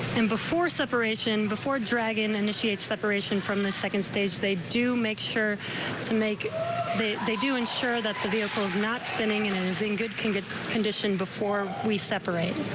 in before separation before dragon initiate separation from the second stage they do make sure to make a they they do ensure that the vehicle is not spinning in using good can get condition before we separated.